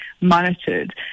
monitored